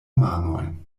manojn